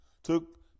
Took